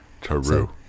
True